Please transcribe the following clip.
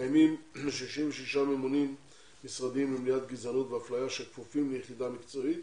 קיימים 66 נאמנים משרדיים למניעת גזענות ואפליה שכפופים ליחידה המקצועית